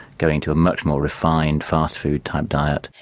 going to a much more refined fast food type diet.